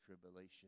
Tribulation